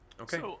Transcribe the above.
Okay